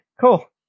Cool